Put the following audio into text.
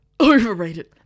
Overrated